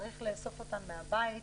צריך לאסוף אותם מהבית,